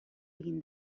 egin